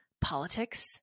politics